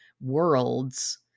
worlds